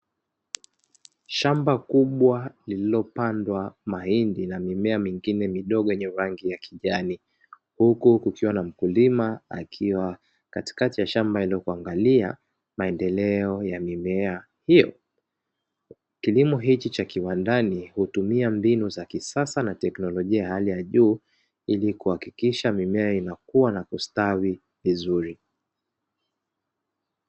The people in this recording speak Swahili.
Shamba kubwa lililopandwa mahindi na mimea mingine midogo yenye rangi ya kijani, huku kukiwa na mkulima akiwa katikati ya shamba hilo kuangalia maendeleo ya mimea hiyo. Kilimo hichi cha kiwandani hutumia mbinu za kisasa na teknolojia ya hali ya juu ili kuhakikisha mimea inakua na kustawi vizuri.